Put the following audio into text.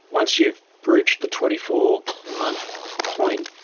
once you've bridged the twenty four month point,